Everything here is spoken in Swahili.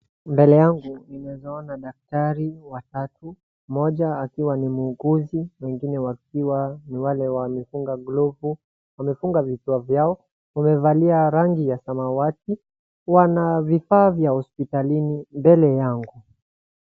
Mbele yangu ninaeza ona daktari watatu, mmoja akiwa ni muuguzi, wengine wakiwa ni wale wamefunga glovu, wamefunga vichwa vyao, wamevalia rangi ya samawati. Wana vifaa vya hospitalini mbele yangu.